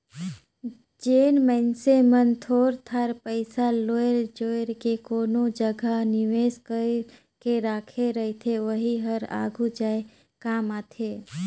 जेन मइनसे मन थोर थार पइसा लोएर जोएर के कोनो जगहा निवेस कइर के राखे रहथे ओही हर आघु जाए काम आथे